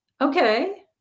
Okay